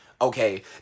okay